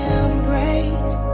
embrace